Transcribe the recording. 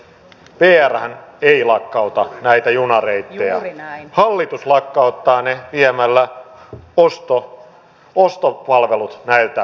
viialan viilalakkauta näitä junareittejävinä hallitus lakkauttaa ne viemällä osto ostopalvelut väittää